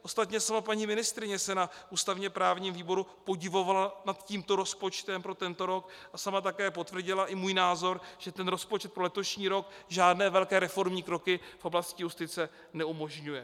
Ostatně sama paní ministryně se na ústavněprávním výboru podivovala nad tímto rozpočtem pro tento rok a sama také potvrdila i můj názor, že rozpočet pro letošní rok žádné velké reformní kroky v oblasti justice neumožňuje.